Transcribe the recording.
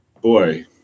boy